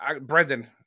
Brendan